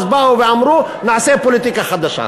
אז באו ואמרו: נעשה פוליטיקה חדשה.